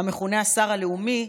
המכונה "השר הלאומי",